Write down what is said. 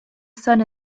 sun